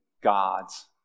God's